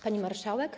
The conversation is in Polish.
Pani Marszałek!